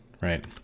right